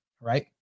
Right